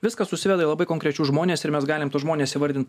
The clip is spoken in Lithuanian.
viskas susiveda į labai konkrečius žmones ir mes galim tuos žmones įvardint